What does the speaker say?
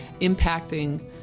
impacting